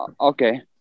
okay